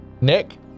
Nick